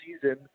season